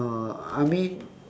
uh I mean